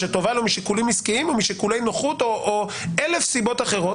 שטובה לו משיקולים עסקיים או משיקולי נוחות או מאלף סיבות אחרות,